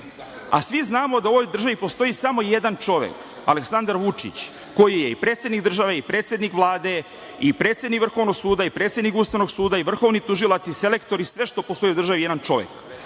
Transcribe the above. znamo da u ovoj državi postoji samo jedan čovek - Aleksandar Vučić koji je i predsednik države i predsednik Vlade i predsednik Vrhovnog suda i predsednik Ustavnog suda i Vrhovni tužilac i selektor i sve što postoji u državi je jedan čovek.